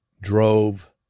drove